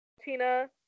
Tina